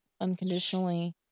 unconditionally